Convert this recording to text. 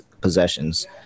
possessions